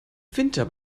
winter